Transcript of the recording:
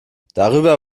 darüber